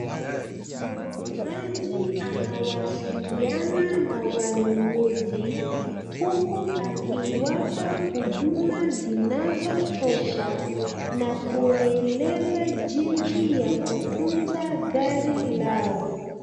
Muuzaji anawasiliana na wanununuzi huku akiwapa huduma zinazotosha na kuwaeleza jinsi ya kutunza gari lao.